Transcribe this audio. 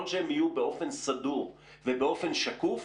שהם יהיו באופן סדור ובאופן שקוף,